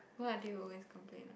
what do you always complain about